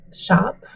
shop